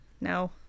No